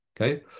Okay